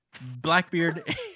Blackbeard